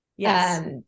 yes